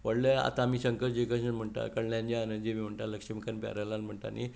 आमी शंकर जयकिशन म्हणटा कलयाणी आनंदजी म्हणटा लक्ष्मीकांत प्यारेलाल म्हणटा न्हय